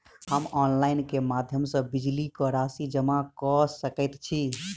हम ऑनलाइन केँ माध्यम सँ बिजली कऽ राशि जमा कऽ सकैत छी?